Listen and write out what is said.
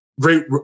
great